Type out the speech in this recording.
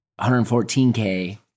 114K